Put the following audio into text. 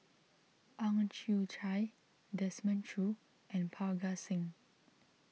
Ang Chwee Chai Desmond Choo and Parga Singh